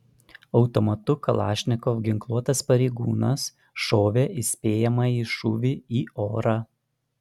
automatu kalašnikov ginkluotas pareigūnas šovė įspėjamąjį šūvį į orą